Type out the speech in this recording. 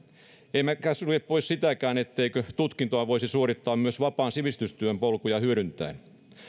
emmekä sulje pois sitäkään etteikö tutkintoa voisi suorittaa myös vapaan sivistystyön polkuja hyödyntäen